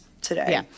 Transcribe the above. today